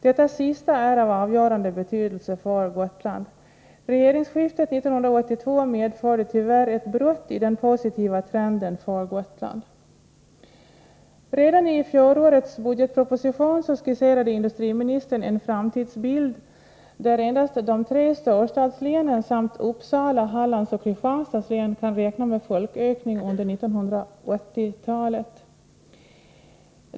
Detta sista är av avgörande betydelse för Gotland. Regeringsskiftet 1982 medförde tyvärr ett brott i den positiva trenden för Gotland. Redan i fjolårets budgetproposition skisserade industriministern en framtidsbild, där endast de tre storstadslänen samt Uppsala, Hallands och Kristianstads län kan räkna med folkökning under 1980-talet.